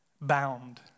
bound